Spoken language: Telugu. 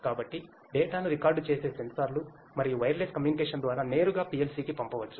కాబట్టి డేటాను రికార్డ్ చేసే సెన్సార్లు మరియు వైర్లెస్ కమ్యూనికేషన్ ద్వారా నేరుగా PLCకి పంపవచ్చు